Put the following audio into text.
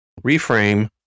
reframe